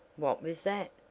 what was that?